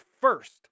first